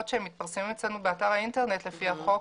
שמתפרסמים אצלנו באתר האינטרנט לפי החוק